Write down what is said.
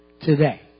today